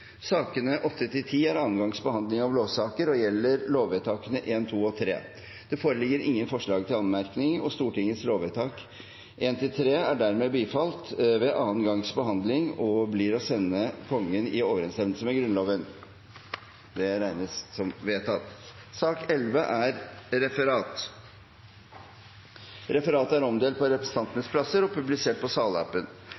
Sakene nr. 8–10 er andre gangs behandling av lovsaker og gjelder lovvedtakene 1, 2 og 3. Det foreligger ingen forslag til anmerkning. Stortingets lovvedtak er dermed bifalt ved andre gangs behandling og blir å sende Kongen i overensstemmelse med Grunnloven. Dermed er dagens kart ferdigbehandlet. Forlanger noen ordet før møtet heves? – Så synes ikke, og møtet er